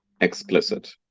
explicit